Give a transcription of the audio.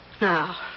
Now